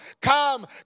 come